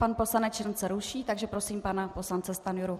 Pan poslanec Šincl se ruší, takže prosím pana poslance Stanjuru.